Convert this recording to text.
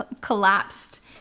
collapsed